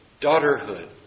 daughterhood